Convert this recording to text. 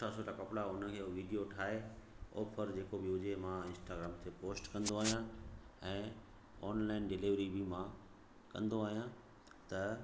सुठा सुठा कपिड़ा उन जो वीडियो ठाहे ऑफर जेको बि हुजे मां इंस्टाग्राम ते पोस्ट कंदो आहियां ऐं ऑनलाइन डीलेवरी बि मां कंदो आहियां त